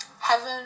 heaven